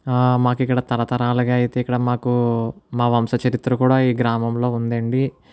మాకు ఇక్కడ తరతరాలుగా అయితే ఇక్కడ మాకు మా వంశ చరిత్ర కూడా ఈ గ్రామంలో ఉందండి